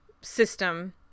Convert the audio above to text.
system